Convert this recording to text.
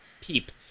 peep